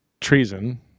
treason